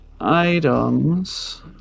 items